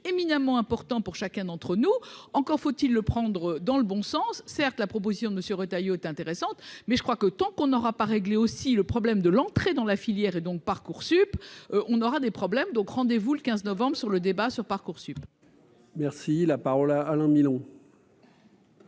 éminemment important pour chacun d'entre nous, encore faut-il le prendre dans le bon sens, certes, la proposition de monsieur Retailleau est intéressante mais je crois que tant qu'on n'aura pas régler aussi le problème de l'entrée dans la filière et donc Parcoursup on aura des problèmes, donc rendez-vous le 15 novembre sur le débat sur Parcoursup. Merci, la parole à Alain Milon.